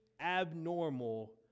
abnormal